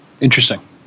Interesting